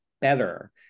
better